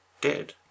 dead